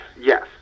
yes